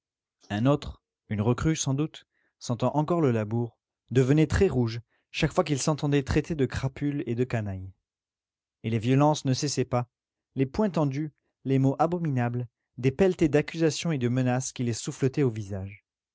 un autre une recrue sans doute sentant encore le labour devenait très rouge chaque fois qu'il s'entendait traiter de crapule et de canaille et les violences ne cessaient pas les poings tendus les mots abominables des pelletées d'accusations et de menaces qui les souffletaient au visage